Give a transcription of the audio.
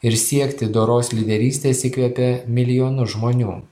ir siekti doros lyderystės įkvepia milijonus žmonių